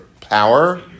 power